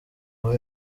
ngo